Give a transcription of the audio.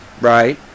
right